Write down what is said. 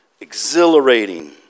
exhilarating